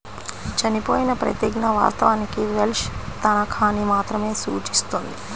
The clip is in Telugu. చనిపోయిన ప్రతిజ్ఞ, వాస్తవానికి వెల్ష్ తనఖాని మాత్రమే సూచిస్తుంది